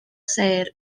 sêr